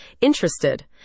Interested